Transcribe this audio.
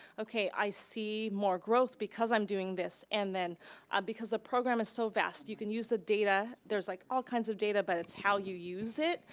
okay, i see more growth because i'm doing this and then because the program is so vast, you can the data, there's like all kinds of data, but it's how you use it,